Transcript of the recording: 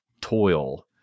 toil